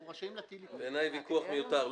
אנחנו רשאים להטיל --- בעיניי הוויכוח מיותר.